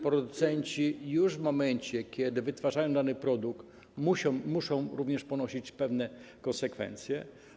Producenci już w momencie, kiedy wytwarzają dany produkt, muszą również ponosić pewne konsekwencje.